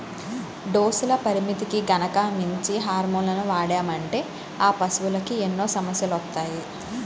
డోసుల పరిమితికి గనక మించి హార్మోన్లను వాడామంటే ఆ పశువులకి ఎన్నో సమస్యలొత్తాయి